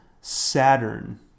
Saturn